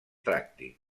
tracti